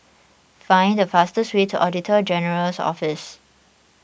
find the fastest way to Auditor General's Office